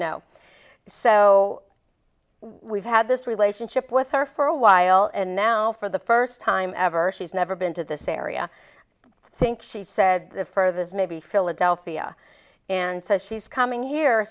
know so we've had this relationship with her for a while and now for the first time ever she's never been to this area think she said the furthest maybe philadelphia and says she's coming here